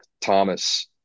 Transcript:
Thomas